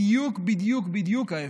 בדיוק בדיוק בדיוק ההפך: